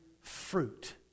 fruit